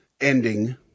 ending